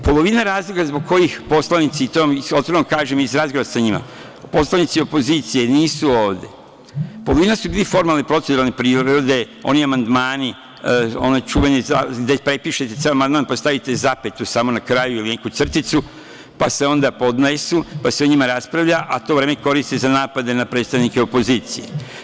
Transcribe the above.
Polovina razloga zbog kojih poslanici, i to vam otvoreno kažem iz razgovora sa njima, poslanici opozicije nisu ovde, polovina su bili formalne proceduralne prirode, oni amandmani, oni čuveni gde prepišete ceo amandman, pa stavite zapetu samo na kraju ili neku crticu, pa se onda podnesu, pa se o njima raspravlja, a to vreme koristite za napade na predstavnike opozicije.